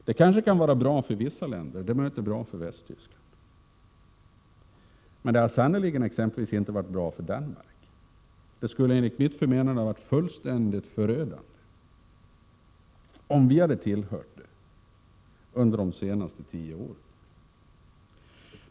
Det systemet kan vara bra för vissa länder, och det är möjligt att det är bra för Västtyskland, men det har sannerligen inte varit bra för exempelvis Danmark. Det skulle enligt mitt förmenande ha varit fullständigt förödande för oss om vi hade tillhört det systemet under de senaste tio åren.